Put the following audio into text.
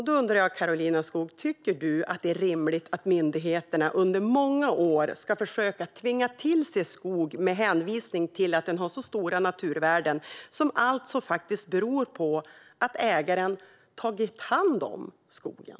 Jag undrar då, Karolina Skog: Tycker du det är rimligt att myndigheterna under många år ska försöka tvinga till sig skog med hänvisning till att den har stora naturvärden, som alltså beror på att ägaren tagit hand om skogen